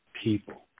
people